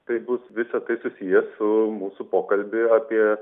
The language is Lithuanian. taip bus visa tai susiję su mūsų pokalbiu apie